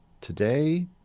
today